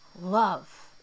love